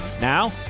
Now